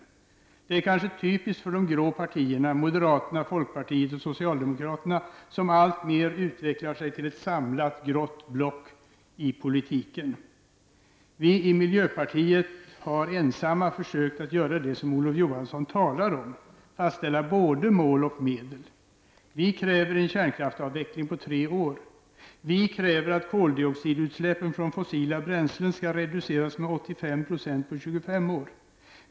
Det är kanske typiskt för de grå partierna, moderaterna, folkpartiet och socialdemokraterna, som alltmer utvecklas till ett samlat grått block i politiken. Vi i miljöpartiet har ensamma försökt göra det som Olof Johansson talar om, fastställa både mål och medel. Vi kräver en kärnkraftsavveckling på tre år. Vi kräver att koldioxidutsläppen från fossila bränslen skall reduceras med 85 % på 25 år.